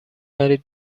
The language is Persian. دارید